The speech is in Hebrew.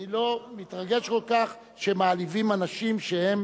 אני לא מתרגש כל כך כשמעליבים אנשים שהם